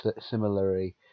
similarly